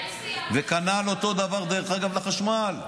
כנ"ל, אותו דבר, דרך אגב, לחשמל.